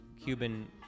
Cuban